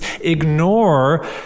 ignore